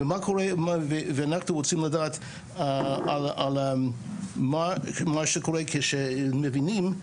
ואנחנו רוצים לדעת על מה שקורה כשמבינים,